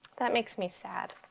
that makes me sad.